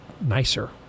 nicer